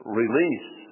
release